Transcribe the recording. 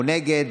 הוא נגד.